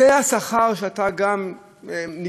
זה השכר שנקבע,